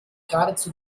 geradezu